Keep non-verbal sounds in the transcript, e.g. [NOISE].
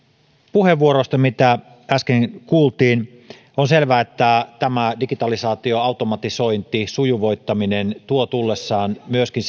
puheenvuoroista mitä äsken kuultiin on selvää että digitalisaatio automatisointi sujuvoittaminen tuo tullessaan myöskin [UNINTELLIGIBLE]